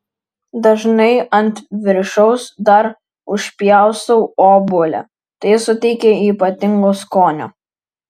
dažnai ant viršaus dar užpjaustau obuolio tai suteikia ypatingo skonio